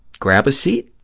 grab a seat,